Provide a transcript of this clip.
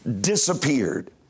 disappeared